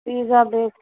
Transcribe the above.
pizza دیکھ